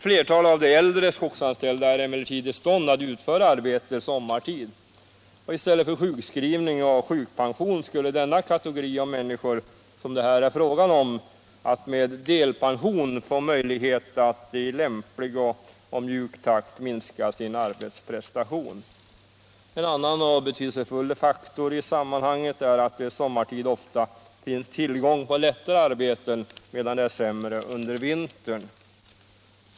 Flera av de äldre skogsanställda är emellertid i stånd att utföra arbete sommartid. I stället för sjukskrivning och sjukpension skulle denna kategori av människor med hjälp av delpension kunna minska sin arbetsprestation i lämplig och mjuk takt. En annan betydelsefull faktor i sammanhanget är att det sommartid ofta finns tillgång till lättare arbeten, medan det är sämre under vintern.